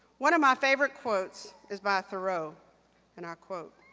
one of my favorite quotes is by thoreau and i quote,